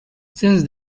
since